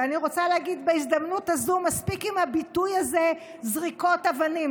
ואני רוצה להגיד בהזדמנות הזאת: מספיק עם הביטוי הזה "זריקות אבנים".